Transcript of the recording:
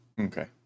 Okay